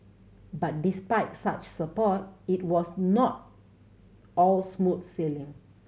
but despite such support it was not all smooth sailing